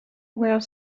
were